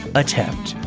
attempt.